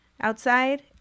outside